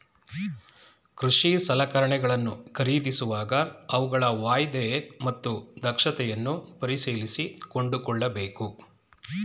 ಕೃಷಿ ಸಲಕರಣೆಗಳನ್ನು ಖರೀದಿಸುವಾಗ ಅವುಗಳ ವಾಯ್ದೆ ಮತ್ತು ದಕ್ಷತೆಯನ್ನು ಪರಿಶೀಲಿಸಿ ಕೊಂಡುಕೊಳ್ಳಬೇಕು